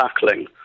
tackling